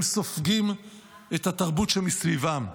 הם סופגים את התרבות שמסביבם.